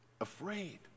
Afraid